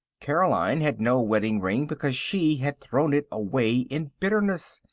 caroline had no wedding-ring because she had thrown it away in bitterness,